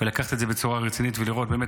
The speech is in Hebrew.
לקחת את זה בצורה רצינית ולראות באמת